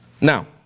Now